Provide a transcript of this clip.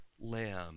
lamb